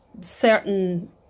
certain